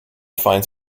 finds